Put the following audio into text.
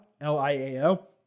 L-I-A-O